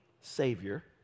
Savior